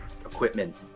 equipment